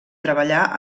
treballà